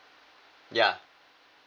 ya